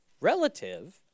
relative